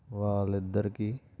వాళ్ళిద్దరికీ